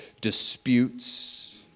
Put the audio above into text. disputes